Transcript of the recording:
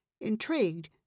Intrigued